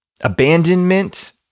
abandonment